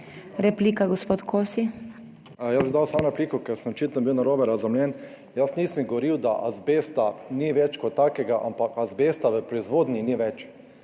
KOSI (PS SDS):** Jaz bi dal samo repliko, ker sem očitno bil narobe razumljen. Jaz nisem govoril, da azbesta ni več kot takega, ampak azbesta v proizvodnji ni več.